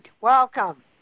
welcome